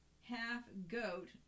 half-goat